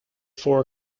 for